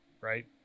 right